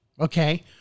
okay